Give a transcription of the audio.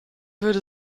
würde